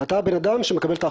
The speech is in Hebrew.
אתה הבן אדם שמקבל את ההחלטה.